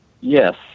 Yes